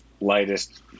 lightest